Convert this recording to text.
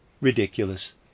ridiculous